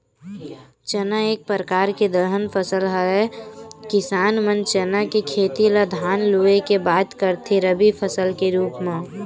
चना एक परकार के दलहन फसल हरय किसान मन चना के खेती ल धान लुए के बाद करथे रबि फसल के रुप म